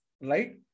right